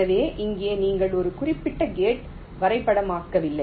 எனவே இங்கே நீங்கள் ஒரு குறிப்பிட்ட கேட் வரைபடமாக்கவில்லை